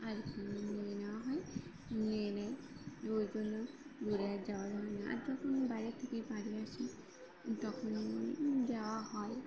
আর নিয়ে নেওয়া হয় নিয়ে নিই ওই জন্য দূরে আর যাওয়া হয় না আর যখন বাইরে থেকে বাড়ি আসে তখন যাওয়া হয়